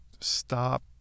stop